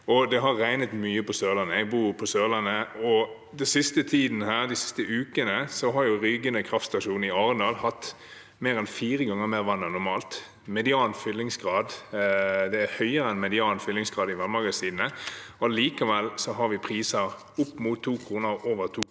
Det har regnet mye på Sørlandet – jeg bor på Sørlandet – og de siste ukene har Rygene kraftverk i Arendal hatt mer enn fire ganger mer vann enn normalt. Det er høyere enn median fyllingsgrad i vannmagasinene. Likevel har vi priser opp mot og over 2 kr per